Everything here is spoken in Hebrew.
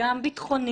וגם ביטחונית.